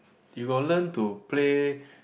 you got learn to play